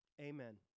Amen